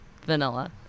Vanilla